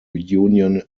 union